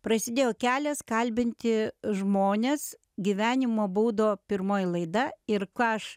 prasidėjo kelias kalbinti žmones gyvenimo būdo pirmoji laida ir ką aš